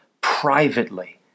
privately